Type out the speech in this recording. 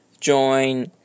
join